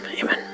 amen